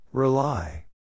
Rely